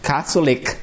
Catholic